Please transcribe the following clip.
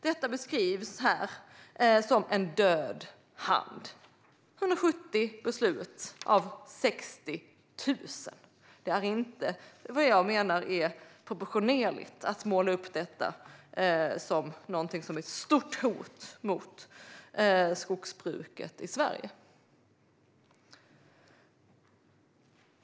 Detta beskrivs här som en död hand - 170 beslut av 60 000. Jag menar att det inte är proportionerligt att måla upp detta som ett stort hot mot skogsbruket i Sverige.